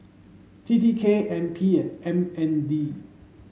T T K N P and M N D